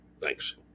Thanks